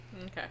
okay